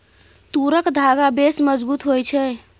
तूरक धागा बेस मजगुत होए छै